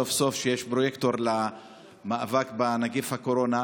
סוף-סוף יש פרויקטור למאבק בנגיף הקורונה.